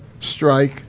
strike